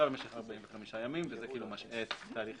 במשך 45 ימים וזה כאילו משהה את תהליך